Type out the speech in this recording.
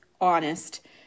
honest